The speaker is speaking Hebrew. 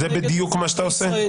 אבל זה בדיוק מה שאתה עושה.